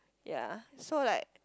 ya so like